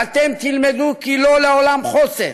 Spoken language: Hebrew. ואתם תלמדו כי לא לעולם חוסן.